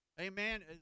Amen